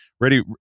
ready